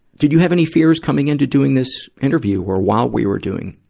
did you have any fears coming in to doing this interview or while we were doing,